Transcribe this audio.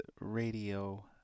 radio